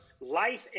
life